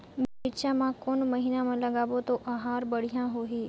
मिरचा ला कोन महीना मा लगाबो ता ओहार बेडिया होही?